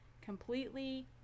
completely